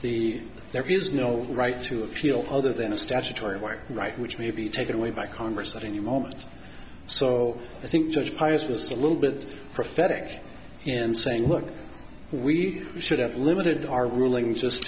the there is no right to appeal other than a statutory one right which may be taken away by congress at any moment so i think judge pius was a little bit prophetic and saying look we should have limited our ruling just